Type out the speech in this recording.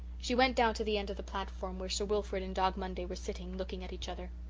she went down to the end of the platform where sir wilfrid and dog monday were sitting, looking at each other.